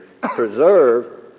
preserve